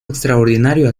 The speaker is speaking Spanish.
extraordinario